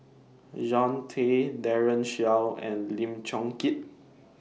Jean Tay Daren Shiau and Lim Chong Keat